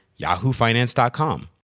yahoofinance.com